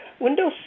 Windows